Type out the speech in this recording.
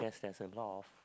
there's a lot of